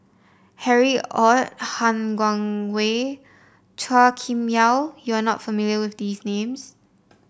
Harry Ord Han Guangwei Chua Kim Yeow you are not familiar with these names